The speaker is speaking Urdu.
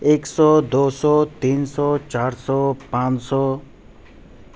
ایک سو دو سو تین سو چار سو پانچ سو